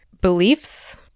beliefs